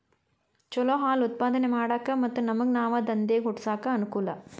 ಚಲೋ ಹಾಲ್ ಉತ್ಪಾದನೆ ಮಾಡಾಕ ಮತ್ತ ನಮ್ಗನಾವ ದಂದೇಗ ಹುಟ್ಸಾಕ ಅನಕೂಲ